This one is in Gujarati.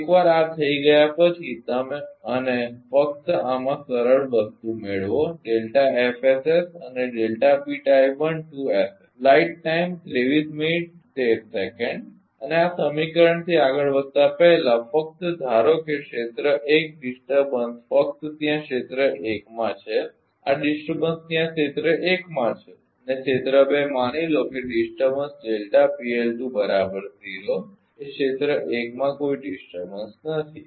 એકવાર આ થઈ ગયા પછી અને ફક્ત આમાં સરળ વસ્તુ મેળવો અને અને આ સમીકરણથી આગળ વધતા પહેલા ફક્ત ધારો કે ક્ષેત્ર 1 ડિસ્ટર્બન્સ ફક્ત ત્યાં ક્ષેત્ર 1 માં છે આ ડિસ્ટર્બન્સ ત્યાં ક્ષેત્ર 1 માં છે અને ક્ષેત્ર 2 માની લો કે ડિસ્ટર્બન્સ એ ક્ષેત્ર એક માં કોઈ ડિસ્ટર્બન્સ નથી